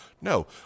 No